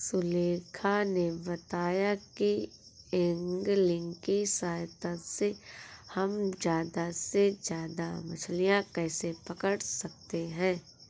सुलेखा ने बताया कि ऐंगलिंग की सहायता से हम ज्यादा से ज्यादा मछलियाँ कैसे पकड़ सकते हैं